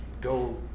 go